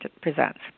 presents